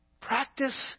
Practice